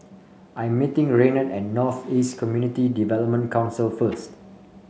I'm meeting Raynard at North East Community Development Council first